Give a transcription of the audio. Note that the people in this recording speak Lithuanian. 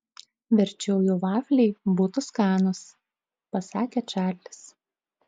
verčiau jau vafliai būtų skanūs pasakė čarlis